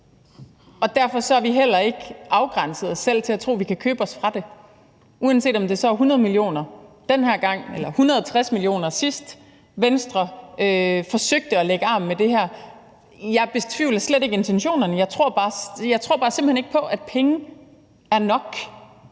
og derfor har vi heller ikke begrænset os selv til at tro, at vi kan købe os til det, uanset om det så er 100 mio. kr. den her gang eller 160 mio. kr., som det var, sidst Venstre forsøgte at lægge arm med det her. Jeg betvivler slet ikke intentionerne. Jeg tror simpelt hen bare ikke på, at penge er nok.